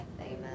Amen